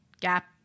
gap